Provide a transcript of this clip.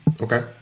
Okay